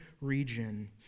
region